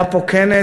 היה פה כנס